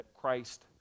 Christ